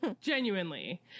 genuinely